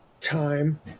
time